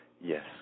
yes